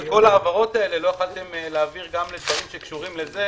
עם כל ההעברות האלה לא יכולתם להעביר גם לדברים שקשורים לזה,